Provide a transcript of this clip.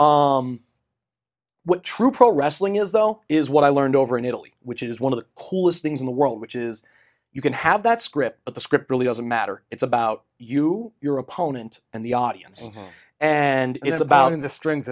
what true pro wrestling is though is what i learned over in italy which is one of the coolest things in the world which is you can have that script but the script really doesn't matter it's about you your opponent and the audience and it's about in the streng